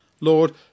Lord